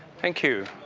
thank you,